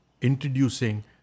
introducing